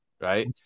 Right